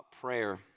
prayer